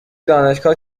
دانشگاه